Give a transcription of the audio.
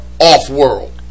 off-world